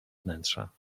wnętrza